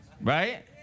Right